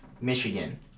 Michigan